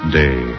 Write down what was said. day